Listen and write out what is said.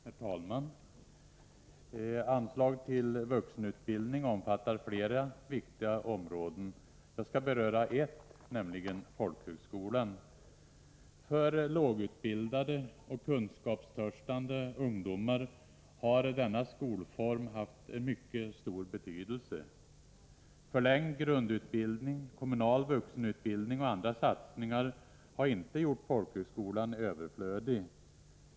Herr talman! Anslag till vuxenutbildningen omfattar flera viktiga områden. Jag skall beröra ett, nämligen folkhögskolan. För lågutbildade och kunskapstörstande ungdomar har denna skolform haft en mycket stor betydelse. Förlängd grundutbildning, kommunal vuxenutbildning och andra satsningar har inte gjort folkhögskolan överflödig.